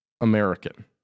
American